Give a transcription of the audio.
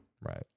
right